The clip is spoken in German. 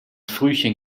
frühchen